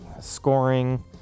scoring